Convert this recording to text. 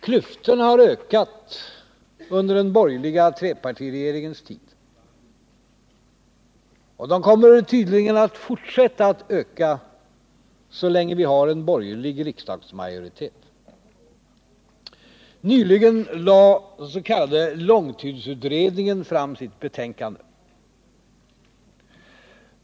Klyftorna har ökat under den borgerliga trepartiregeringens tid, och de kommer tydligen att fortsätta att öka så länge vi har en borgerlig riksdagsmajoritet. Nyligen lade den s.k. långtidsutredningen fram sitt betänkande.